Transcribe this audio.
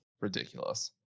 ridiculous